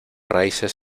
raíces